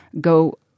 go